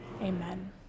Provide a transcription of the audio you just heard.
amen